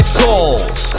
souls